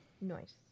Nice